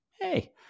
hey